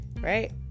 right